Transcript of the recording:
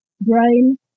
Brain